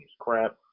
crap